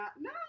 No